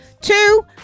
Two